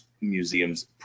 museums